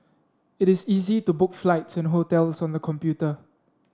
it is easy to book flights and hotels on the computer